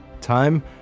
Time